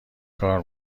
کار